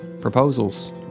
proposals